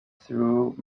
through